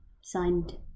signed